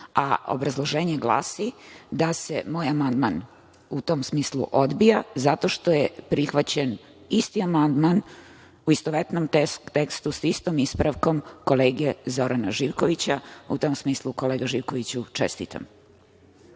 A, obrazloženje glasi da se moj amandman u tom smislu odbija zato što je prihvaćen isti amandman, u istovetnom tekstu, sa istom ispravkom, kolege Zorana Živkovića. U tom smislu, kolega Živkoviću, čestitam.